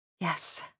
yes